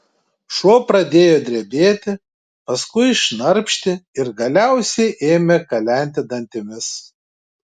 šuo pradėjo drebėti paskui šnarpšti ir galiausiai ėmė kalenti dantimis